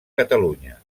catalunya